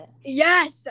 Yes